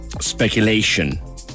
speculation